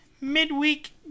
midweek